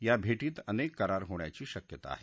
या भेटीत अनेक करार होण्याची शक्यता आहे